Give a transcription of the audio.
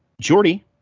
Jordy